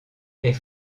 est